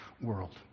world